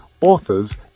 authors